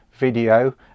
video